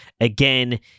Again